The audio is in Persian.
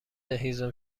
هیزم